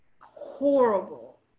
horrible